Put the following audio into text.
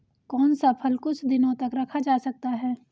कौन सा फल कुछ दिनों तक रखा जा सकता है?